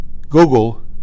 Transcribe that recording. Google